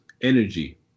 energy